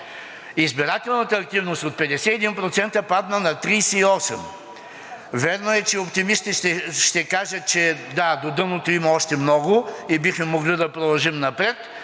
Избирателната активност от 51% падна на 38%. Вярно е, че оптимисти ще кажат: да, до дъното има още много и бихме могли да продължим напред,